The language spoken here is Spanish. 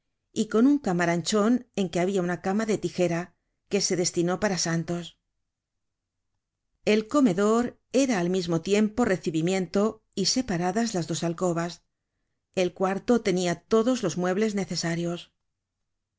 y con un camaranchon en que habia una cama de tijera que se destinó para santos el comedor era al mismo tiempo content from google book search generated at recibimiento y separadas las dos alcobas el cuarto tenia todos los muebles necesarios